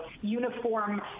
uniform